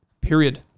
period